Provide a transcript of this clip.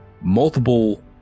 multiple